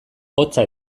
hotza